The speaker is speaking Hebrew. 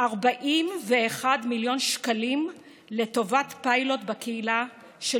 41 מיליון שקלים לטובת פיילוט בקהילה של